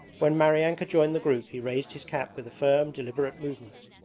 when maryanka joined the group he raised his cap with a firm deliberate movement,